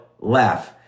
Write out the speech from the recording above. laugh